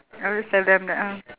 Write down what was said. I always tell them that ah